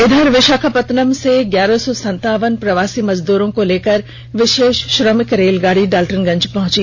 इधर विषाखापटनम से ग्यारह सौ सतावन प्रवासी मजदूरों को लेकर विषेष श्रमिक रेलगाड़ी डालटनगंज पहुंची